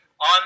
On